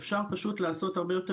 אפשר פשוט לעשות הרבה יותר.